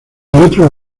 otro